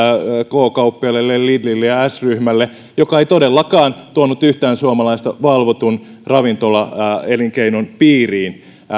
k kauppiaille lidlille ja s ryhmälle joka ei todellakaan tuonut yhtään suomalaista valvotun ravintolaelinkeinon piiriin